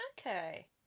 Okay